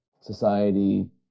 society